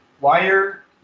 Wire